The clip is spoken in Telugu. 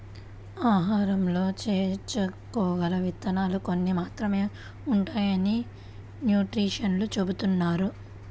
ఆహారంలో చేర్చుకోగల విత్తనాలు కొన్ని మాత్రమే ఉంటాయని న్యూట్రిషన్స్ చెబుతున్నారు